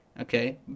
Okay